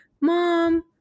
Mom